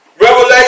Revelation